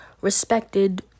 respected